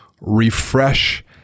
refresh